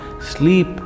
Sleep